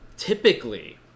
Typically